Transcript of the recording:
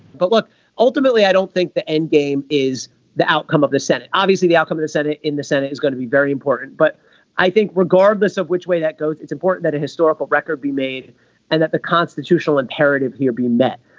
but look ultimately i don't think the end game is the outcome of the senate. obviously the outcome and is set in the senate is going to be very important. but i think regardless of which way that goes it's important that a historical record be made and that the constitutional imperative here be met.